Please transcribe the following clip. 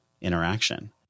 interaction